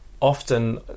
often